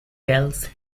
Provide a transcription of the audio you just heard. tells